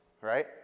right